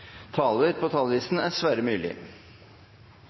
taler er Sverre Myrli,